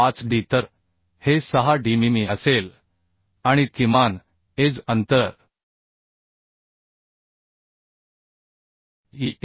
5 D तर हे 6Dमिमी असेल आणि किमान एज अंतर E1